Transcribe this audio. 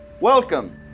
Welcome